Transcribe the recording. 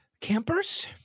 campers